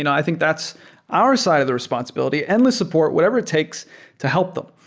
and i think that's our side of the responsibility, endless support, whatever it takes to help them.